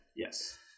yes